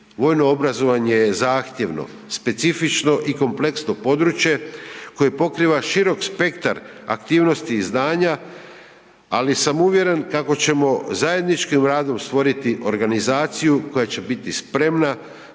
Vojno obrazovanje je zahtjevno, specifično i kompleksno područje koje pokriva širok spektar aktivnosti i znanja ali sam uvjeren kako ćemo zajedničkim radom stvoriti organizaciju koja će biti spremna